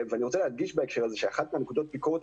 אני רוצה להדגיש בהקשר הזה שאחת מנקודות הביקורת